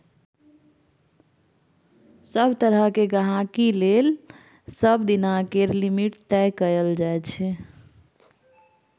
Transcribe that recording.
सभ तरहक गहिंकी लेल सबदिना केर लिमिट तय कएल जाइ छै